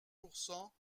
pourcent